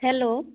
hello